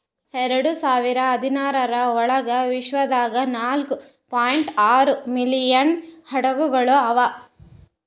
ಎರಡು ಸಾವಿರ ಹದಿನಾರರ ಒಳಗ್ ವಿಶ್ವದಾಗ್ ನಾಲ್ಕೂ ಪಾಯಿಂಟ್ ಆರೂ ಮಿಲಿಯನ್ ಹಡಗುಗೊಳ್ ಅವಾ